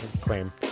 claim